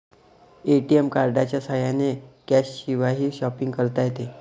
ATM कार्डच्या साह्याने कॅशशिवायही शॉपिंग करता येते